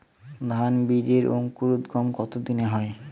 ধান বীজের অঙ্কুরোদগম কত দিনে হয়?